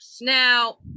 Now